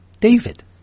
David